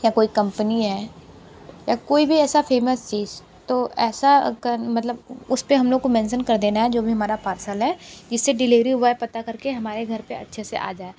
या कोई कम्पनी है या कोई भी ऐसा फ़ेमस चीज़ तो ऐसा अगर मतलब उसपे हम लोग को मेंसन कर देना है जो भी हमारा पार्सल है जिससे डिलिवरी बॉय पता करके हमारे घर पे अच्छे से आ जाए